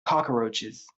cockroaches